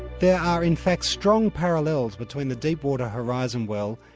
there are in fact strong parallels between the deepwater horizon well,